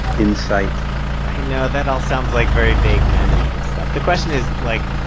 insight i know. that all sounds like very vague management stuff. the question is like,